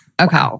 Okay